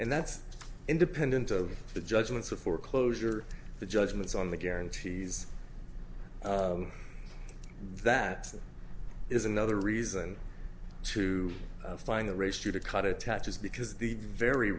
and that's independent of the judgments of foreclosure judgments on the guarantees that is another reason to find the ratio to cut it attaches because the very